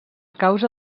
causa